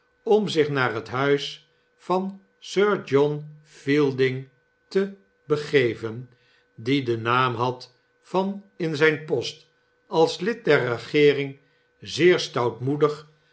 om zich naar het huis van sir john fielding te begeven die den naam had van in zijn post als lid der regeering zeer